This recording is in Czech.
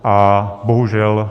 A bohužel...